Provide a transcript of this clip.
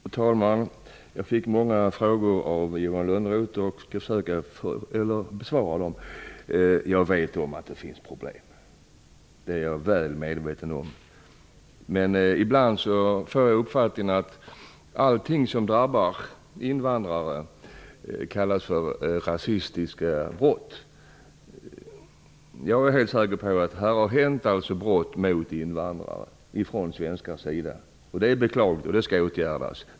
Fru talman! Johan Lönnroth ställde många frågor till mig, och jag skall försöka besvara dem. Jag är väl medveten om att det finns problem. Men ibland får jag uppfattningen att allting som drabbar invandrare kallas för rasistiska brott. Jag är helt säker på att det från svenskars sida har begåtts brott mot invandrare. Sådant är beklagligt och skall åtgärdas.